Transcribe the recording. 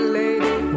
lady